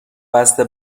بسته